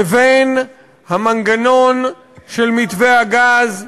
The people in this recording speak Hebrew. לבין המנגנון של מתווה הגז.